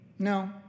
No